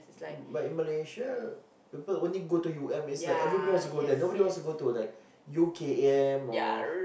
but in Malaysia people only go to U_M it's like everybody wants to go there nobody wants to go to like U_K_M or